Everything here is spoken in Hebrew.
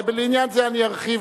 לעניין זה אני ארחיב,